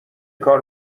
کار